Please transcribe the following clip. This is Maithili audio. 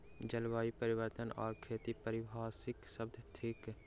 जलवायु परिवर्तन आ खेती पारिभाषिक शब्द थिक